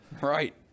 Right